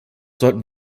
sollten